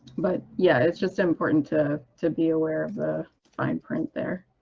but yeah, it's just important to to be aware of the fine print there.